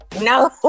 no